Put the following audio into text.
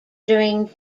during